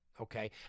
Okay